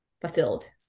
fulfilled